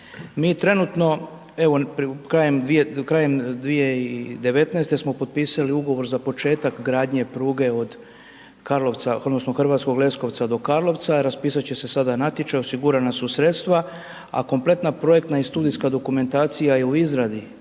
Mi trenutno, evo, krajem 2019. smo potpisali ugovor za početak gradnje pruge od Karlovca, odnosno Hrvatskog Leskovca do Karlovca. Raspisat će se sada natječaj, osigurana su sredstva, a kompletna projektna i studijska dokumentacija je u izradi